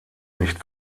nicht